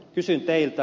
kysyn teiltä